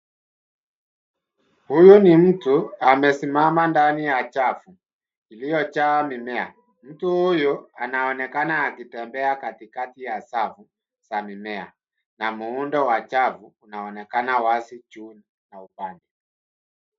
Huyu ni mtu amesimama ndani ya chafu iliyojaa mimea. Mtu huyu anaonekana akitembea katikati ya safu za mimea na muundo wa chafu unaonekana wazi juu na upande.